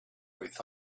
thought